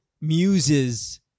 muses